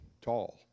tall